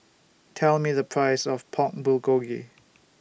Tell Me The Price of Pork Bulgogi